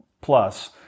Plus